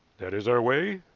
that is our way,